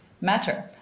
matter